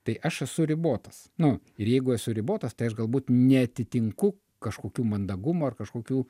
tai aš esu ribotas nu ir jeigu esu ribotas tai aš galbūt neatitinku kažkokių mandagumo ar kažkokių